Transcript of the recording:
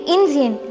Indian